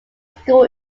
school